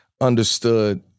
understood